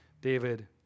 David